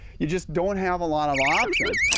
you just don't have alot of options.